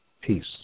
Peace